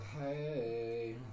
hey